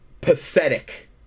pathetic